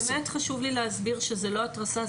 באמת חשוב לי להסביר שזו לא התרסה,